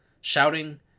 shouting